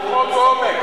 אין עומק,